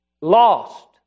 lost